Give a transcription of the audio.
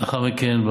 ולאחר מכן,